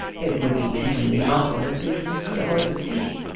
it would be teaching the ostler to grease the horse's teeth.